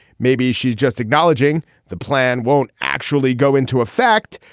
maybe she's just acknowledging the plan won't actually go into effect.